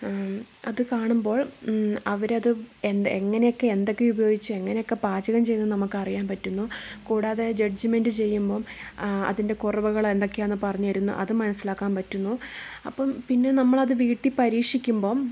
അത് കാണുമ്പോൾ അവരത് എങ്ങനെയൊക്കെ എന്തൊക്കെ ഉപയോഗിച്ച് എങ്ങനെയൊക്കെ പാചകം ചെയ്തെന്ന് നമുക്ക് അറിയാൻ പറ്റുന്നു കൂടാതെ ജഡ്ജ്മെന്റ് ചെയ്യുമ്പോൾ അതിൻ്റെ കുറവുകൾ എന്തൊക്കെയാണ് എന്ന് പറഞ്ഞു തരുന്നു അത് മനസ്സിലാക്കാൻ പറ്റുന്നു അപ്പൊൾ പിന്നെ നമ്മൾ അത് വീട്ടിൽ പരീക്ഷിക്കുമ്പോൾ